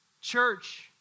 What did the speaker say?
church